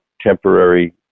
temporary